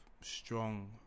strong